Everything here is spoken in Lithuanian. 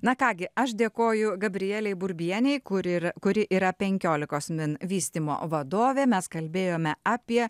na ką gi aš dėkoju gabrielei burbienei kuri ir kuri yra penkiolika min vystymo vadovė mes kalbėjome apie